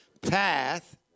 path